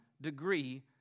degree